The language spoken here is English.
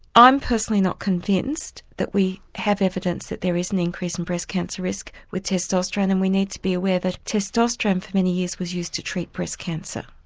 i'm personally not convinced that we have evidence that there is an increase in breast cancer risk with testosterone and we need to be aware that testosterone for many years was used to treat breast cancer.